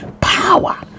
power